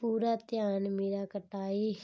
ਪੂਰਾ ਧਿਆਨ ਮੇਰਾ ਕਟਾਈ